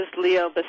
Leo